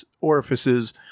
orifices